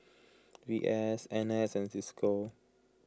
V S N S and Cisco